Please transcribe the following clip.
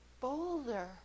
boulder